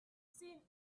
seen